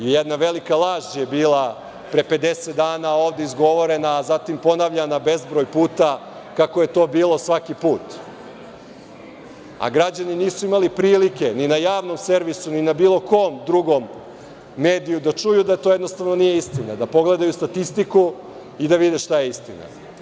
Jedna velika laž je bila pre 50 dana ovde izgovorena, a zatim ponavljana bezbroj puta kako je to bilo svaki put, a građani nisu imali prilike ni na javnom servisu, ni na bilo kom drugom mediju da čuju da to jednostavno nije istinu, da pogledaju statistiku i da vide šta je istina.